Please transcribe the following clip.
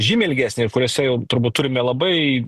žymiai ilgesnė ir kuriose jau turbūt turime labai